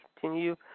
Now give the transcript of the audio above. continue